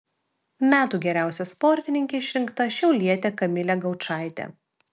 metų geriausia sportininke išrinkta šiaulietė kamilė gaučaitė